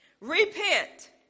repent